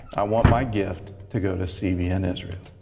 i want my gift to go to cbn israel.